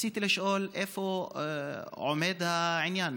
רציתי לשאול איפה עומד העניין,